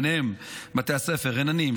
ובהם בתי הספר רננים,